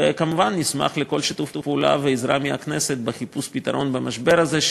וכמובן נשמח לכל שיתוף פעולה ועזרה מהכנסת לחיפוש פתרון למשבר הזה,